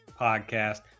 podcast